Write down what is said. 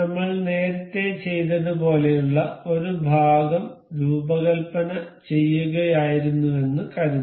നമ്മൾ നേരത്തെ ചെയ്തതുപോലെയുള്ള ഒരു ഭാഗം രൂപകൽപ്പന ചെയ്യുകയായിരുന്നുവെന്ന് കരുതുക